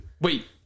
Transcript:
Wait